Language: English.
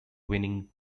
winning